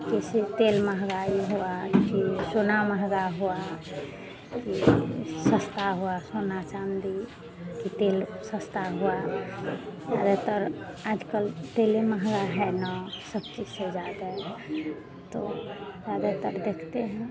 कैसे तेल महँगाई हुआ फिर सोना महँगा हुआ यह सस्ता हुआ सोना चाँदी कि तेल सस्ता हुआ ज़्यादातर आज कल तेल महँगा है ना सब चीज़ से ज़्यादा तो ज़्यादातर देखते हैं